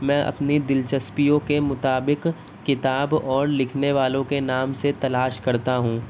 میں اپنی دلچسپیوں کے مطابق کتاب اور لکھنے والوں کے نام سے تلاش کرتا ہوں